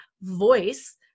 voice